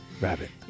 Rabbit